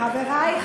חברי הכנסת.